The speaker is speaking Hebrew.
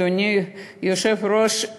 אדוני היושב-ראש,